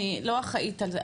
אני לא אחראית על זה.